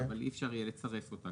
אבל אי אפשר יהיה לצרף אותה.